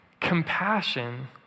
compassion